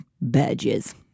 badges